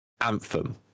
Anthem